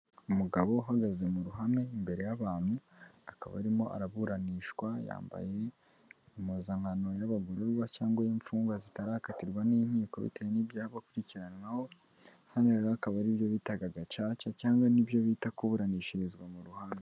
Umugabo uhagaze mu ruhame imbere y'abantu, akaba arimo araburanishwa, yambaye impuzankano y'abagororwa cyangwa y'imfungwa zitarakatirwa n'inkiko bitewe n'ibyo aba akurikiranwaho, hano rero akaba ari byo bitaga gacaca cyangwa ibyo bita kuburanishirizwa mu ruhame.